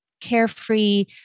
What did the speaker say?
carefree